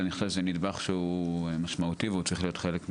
אני חושב שזה נדבך משמעותי ושהוא צריך להיות חלק.